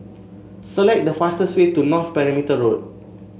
select the fastest way to North Perimeter Road